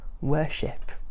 worship